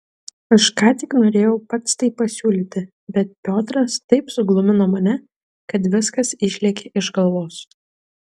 aš ką tik norėjau pats tai pasiūlyti bet piotras taip suglumino mane kad viskas išlėkė iš galvos